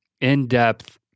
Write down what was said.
in-depth